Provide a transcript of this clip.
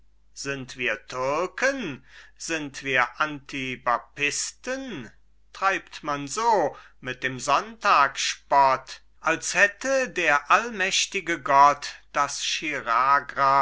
sind wir türken sind wir antibaptisten treibt man so mit dem sonntag spott als hätte der allmächtige gott das